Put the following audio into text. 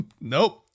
Nope